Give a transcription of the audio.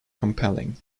compelling